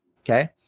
Okay